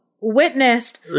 witnessed